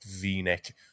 v-neck